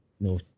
No